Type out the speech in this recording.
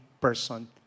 person